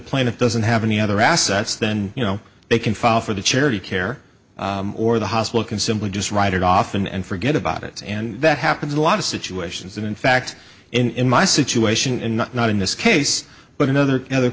plaintiff doesn't have any other assets then you know they can file for the charity care or the hospital can simply just write it off and forget about it and that happens a lot of situations and in fact in my situation and not not in this case but another in other